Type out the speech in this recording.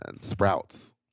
sprouts